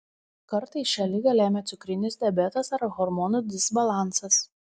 kartais šią ligą lemia cukrinis diabetas ar hormonų disbalansas